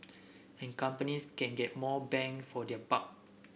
and companies can get more bang for their buck